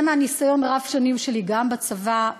זה מהניסיון רב-השנים שלי גם בצבא,